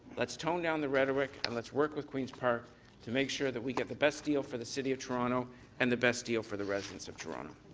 let's tone down the rhetoric, and let's work with queens park to make sure that we get the best deal for the city of toronto and the best deal for the residents of toronto.